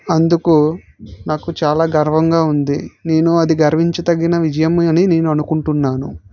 అందుకు నాకు చాలా గర్వంగా ఉంది నేను అది గర్వించదగిన విజయం అని నేను అనుకుంటున్నాను